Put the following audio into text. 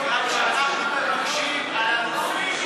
אבל כשאנחנו מבקשים על הגופים,